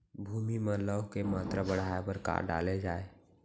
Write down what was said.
भूमि मा लौह के मात्रा बढ़ाये बर का डाले जाये?